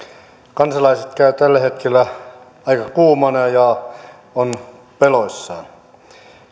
kansalaiset käyvät tällä hetkellä aika kuumana ja ovat peloissaan